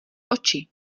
oči